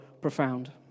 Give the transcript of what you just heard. profound